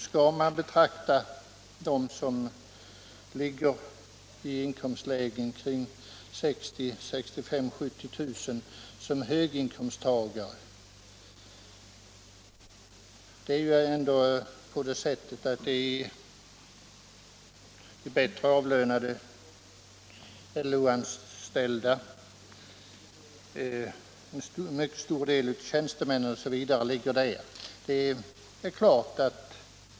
Skall man betrakta dem som tjänar 60 000-70 000 kr. såsom höginkomsttagare? De bättre avlönade LO-anställda och en mycket stor del av tjänstemännen ligger där.